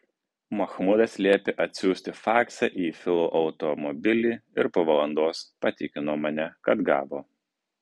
mahmudas liepė atsiųsti faksą į filo automobilį ir po valandos patikino mane kad gavo